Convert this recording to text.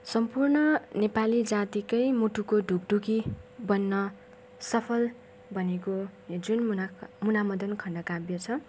सम्पूर्ण नेपाली जातिकै मुटुको ढुकढुकी बन्न सफल बनेको यो जुन मुना मुना मदन खण्डकाव्य छ